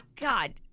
God